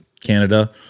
Canada